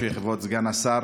היושב-ראש, כבוד סגן השר,